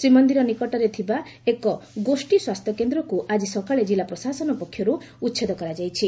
ଶ୍ରୀମନ୍ଦିର ନିକଟରେ ଥିବା ଏକ ଗୋଷୀ ସ୍ୱାସ୍ଥ୍ୟକେନ୍ଦ୍ରକୁ ଆକି ସକାଳେ କିଲ୍ଲା ପ୍ରଶାସନ ପକ୍ଷରୁ ଉଛେଦ କରାଇଛି